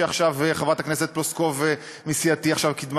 עכשיו חברת הכנסת פלוסקוב מסיעתי קידמה